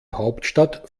hauptstadt